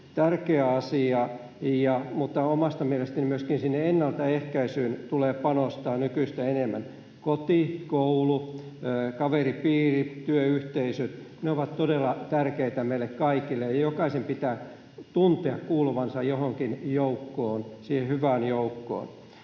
tärkeä asia, mutta omasta mielestäni myöskin ennaltaehkäisyyn tulee panostaa nykyistä enemmän: koti, koulu, kaveripiiri, työyhteisö, ne ovat todella tärkeitä meille kaikille, ja jokaisen pitää tuntea kuuluvansa johonkin joukkoon, siihen hyvään joukkoon.